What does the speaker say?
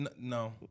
no